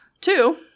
Two